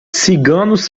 ciganos